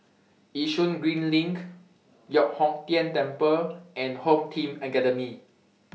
Yishun Green LINK Giok Hong Tian Temple and Home Team Academy